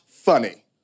Funny